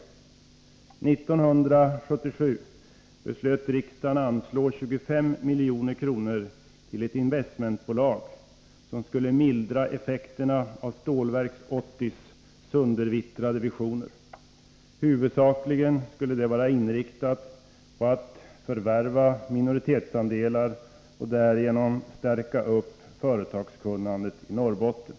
År 1977 beslöt riksdagen att anslå 25 milj.kr. till ett investmentbolag, som skulle mildra effekterna av de söndervittrade visionerna kring Stålverk 80. Inriktningen skulle huvudsakligen vara att förvärva minoritetsandelar och därigenom stärka företagskunnandet i Norrbotten.